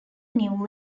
knew